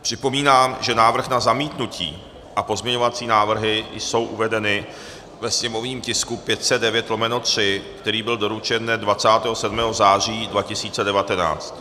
Připomínám, že návrh na zamítnutí a pozměňovací návrhy jsou uvedeny ve sněmovním tisku 509/3, který byl doručen dne 27. září 2019.